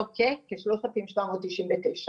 לא כ-, לשלושת אלפים שבע מאות תשעים ותשעה.